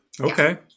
Okay